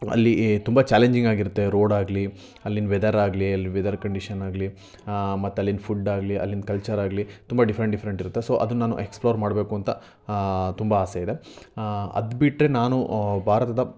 ಅಲ್ಲಿ ಏ ತುಂಬ ಚಾಲೆಂಜಿಂಗ್ ಆಗಿರುತ್ತೆ ರೋಡ್ ಆಗಲಿ ಅಲ್ಲಿನ ವೆದರ್ ಆಗಲಿ ಅಲ್ಲಿ ವೆದರ್ ಕಂಡೀಷನ್ ಆಗಲಿ ಮತ್ತು ಅಲ್ಲಿನ ಫುಡ್ ಆಗಲಿ ಅಲ್ಲಿನ ಕಲ್ಚರ್ ಆಗಲಿ ತುಂಬ ಡಿಫ್ರೆಂಟ್ ಡಿಫ್ರೆಂಟ್ ಇರುತ್ತೆ ಸೋ ಅದನ್ನ ನಾನು ಎಕ್ಸ್ಪ್ಲೋರ್ ಮಾಡ್ಬೇಕೂಂತ ತುಂಬ ಆಸೆ ಇದೆ ಅದ್ಬಿಟ್ಟರೆ ನಾನು ಭಾರತದ